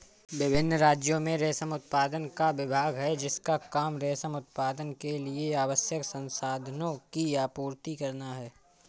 विभिन्न राज्यों में रेशम उत्पादन का विभाग है जिसका काम रेशम उत्पादन के लिए आवश्यक संसाधनों की आपूर्ति करना है